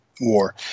war